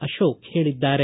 ಅಶೋಕ್ ಹೇಳಿದ್ದಾರೆ